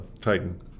Titan